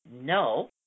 No